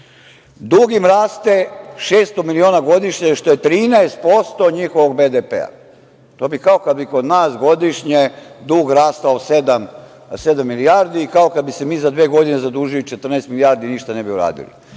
Dug im raste 600 miliona godišnje, što je 13% njihovog BDP. To je kao kad bi kod nas godišnje dug rastao sedam milijardi i kao kad bi se mi za dve godine zadužili 14 milijardi, ništa ne bi uradili.